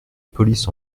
police